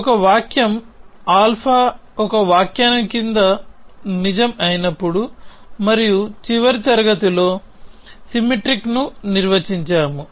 ఒక వాక్యం α ఒక వ్యాఖ్యానం క్రింద నిజం అయినప్పుడు మరియు చివరి తరగతిలో సిమెట్రిక్ ను నిర్వచించాము